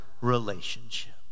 relationship